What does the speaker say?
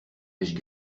mèches